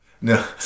no